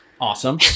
Awesome